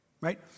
Right